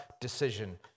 decision